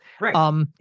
Right